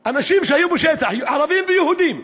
אנשים שהיו בשטח, ערבים ויהודים.